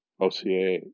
OCA